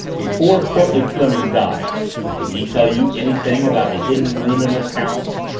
before courtleigh fleming died did he tell you anything about a hidden room in this house?